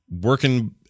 working